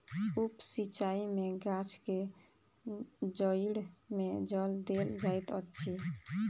उप सिचाई में गाछ के जइड़ में जल देल जाइत अछि